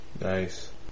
Nice